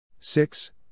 Six